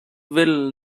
will